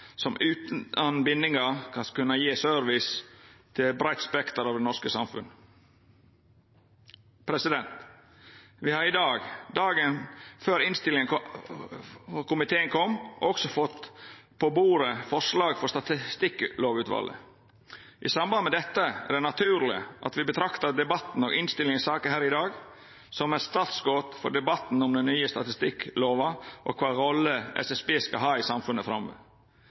som utan bindingar skal kunna gje service til eit breitt spekter av det norske samfunnet. Dagen før innstillinga frå komiteen kom, fekk me òg på bordet forslag frå Statistikklovutvalet. I samband med dette er det naturleg at me betraktar debatten og innstillinga i saka her i dag som eit startskot for debatten om den nye statistikklova og kva rolle SSB skal ha i samfunnet framover.